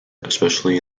especially